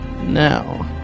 now